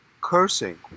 Cursing